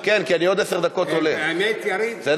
כן, כי אני עוד עשר דקות עולה, בסדר?